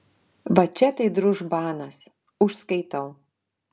va čia tai družbanas užskaitau